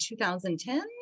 2010